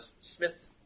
Smith